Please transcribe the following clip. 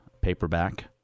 paperback